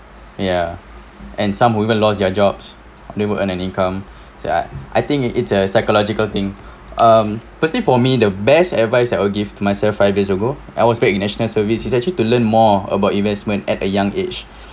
ya and some who even lost their jobs never earn an income so I I think it it's a psychological thing um personally for me the best advice that I will give to myself five years ago I was back in national service is actually to learn more about investment at a young age